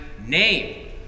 name